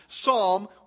Psalm